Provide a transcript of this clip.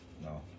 No